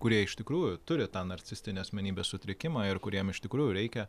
kurie iš tikrųjų turi tą narcisistinį asmenybės sutrikimą ir kuriem iš tikrųjų reikia